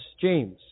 James